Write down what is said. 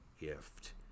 gift